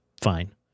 Fine